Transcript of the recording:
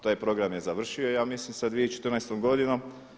Taj program je završio ja mislim sa 2014. godinom.